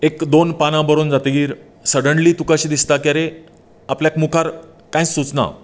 एक दोन पानां बरोवन जातकच सडनली तुका अशें दिसता की अरे आपल्याक मुखार कांयच सूचना